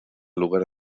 lugar